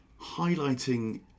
highlighting